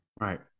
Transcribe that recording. Right